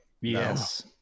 Yes